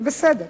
זה בסדר.